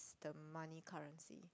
the money currency